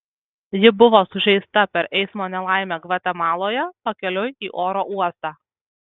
ji buvo sužeista per eismo nelaimę gvatemaloje pakeliui į oro uostą